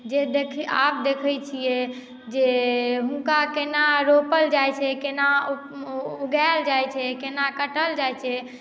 जे देख आब देखैत छियै जे हुनका केना रोपल जाइत छै केना उगाएल जाइत छै केना कटल जाइत छै